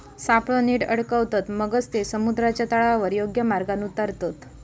सापळो नीट अडकवतत, मगच ते समुद्राच्या तळावर योग्य मार्गान उतारतत